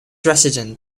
resident